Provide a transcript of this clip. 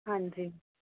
ਹਾਂਜੀ